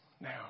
now